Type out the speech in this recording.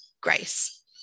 grace